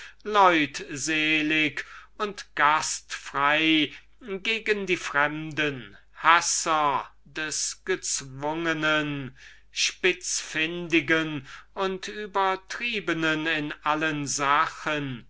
leutselig und gastfrei gegen die fremden hässer des gezwungnen spitzfündigen und übertriebenen in allen sachen